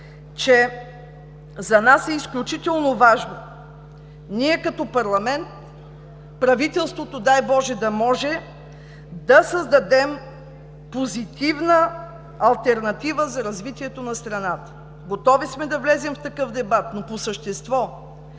за нас е изключително важно ние като парламент, правителството – дай Боже, да може, да създадем позитивна алтернатива за развитието на страната. Готови сме да влезем в такъв дебат, но по същество.